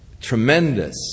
tremendous